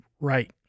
right